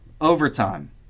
Overtime